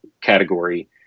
category